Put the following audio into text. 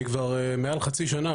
אני כבר מעל חצי שנה,